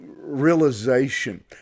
realization